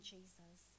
Jesus